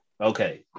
Okay